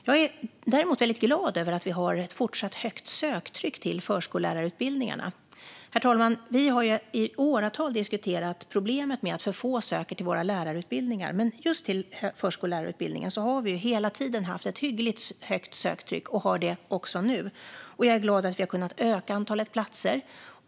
Jag är däremot väldigt glad över att vi har ett fortsatt högt söktryck till förskollärarutbildningarna. Herr talman! Vi har i åratal diskuterat problemet med att för få söker till våra lärarutbildningar, men just till förskollärarutbildningen har det hela tiden varit ett hyggligt högt söktryck och är det också nu. Jag är glad att vi har kunnat öka antalet platser.